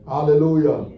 Hallelujah